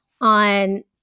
on